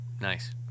nice